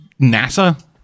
NASA